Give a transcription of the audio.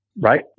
Right